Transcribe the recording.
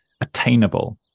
attainable